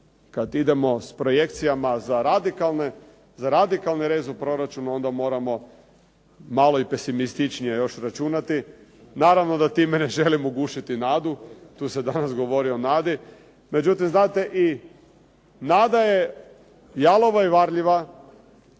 kada idemo s projekcijama za radikalan rez u proračunu, onda moramo malo i pesimističnije još računati. Naravno da time ne želim ugušiti nadu, tu se danas govori i o nadi. Međutim, znate da je nada jalova i varljiva